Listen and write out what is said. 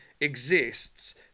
exists